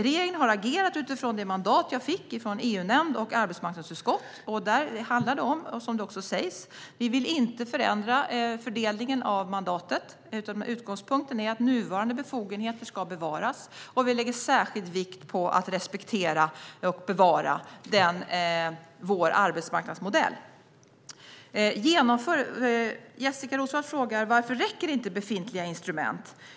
Regeringen har agerat utifrån det mandat jag fick från EU-nämnd och arbetsmarknadsutskott. Det handlar om det som också sägs. Vi vill inte förändra fördelningen av mandat, utan utgångspunkten är att nuvarande befogenheter ska bevaras. Och vi lägger särskild vikt vid att respektera och bevara vår arbetsmarknadsmodell. Jessika Roswall frågar: Varför räcker inte befintliga instrument?